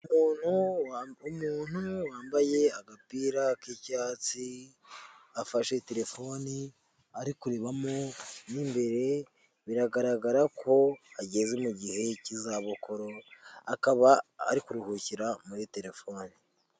Umuntu wambaye agapira k'icyatsi, afashe telefoni ari kurebamo imbere biragaragara ko ageze mu gihe cy'izabukuru akaba ari kuruhukira muri terefone.